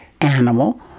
animal